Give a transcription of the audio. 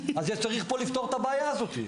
אז צריך לפתור פה את הבעיה הזו.